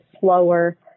slower